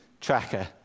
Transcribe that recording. tracker